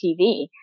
TV